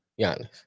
Giannis